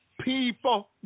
people